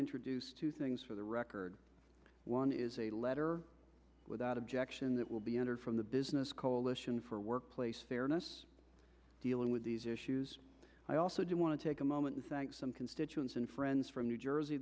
introduce two things for the record one is a letter without objection that will be entered from the business coalition for workplace fairness dealing with these issues i also do want to take a moment to thank some constituents and friends from new jersey